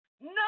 no